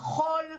מחול,